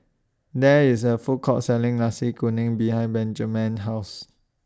There IS A Food Court Selling Nasi Kuning behind Benjiman's House